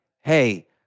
hey